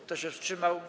Kto się wstrzymał?